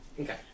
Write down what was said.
Okay